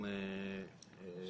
גברתי מסכימה איתי שמבחינת הכוחות,